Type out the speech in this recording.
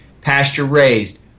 pasture-raised